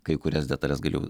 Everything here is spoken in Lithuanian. kai kurias detales galiu